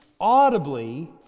audibly